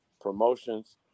promotions